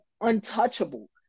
untouchable